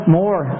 more